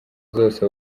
zose